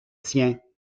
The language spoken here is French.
siens